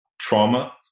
trauma